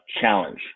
challenge